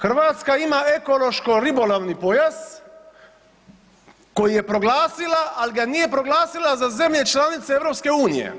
Hrvatska ima ekološko-ribolovni pojas koji je proglasila, ali ga nije proglasila za zemlje članice EU.